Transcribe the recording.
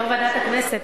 יושב-ראש ועדת הכנסת,